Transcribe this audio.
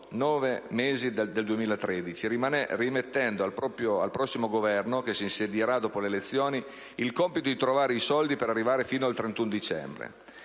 nove mesi del 2013, rimettendo al prossimo Governo, che si insedierà dopo le elezioni, il compito di trovare i soldi per arrivare fino al 31 dicembre.